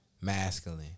masculine